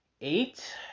eight